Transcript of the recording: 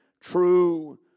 true